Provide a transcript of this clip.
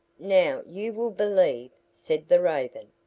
now you will believe, said the raven.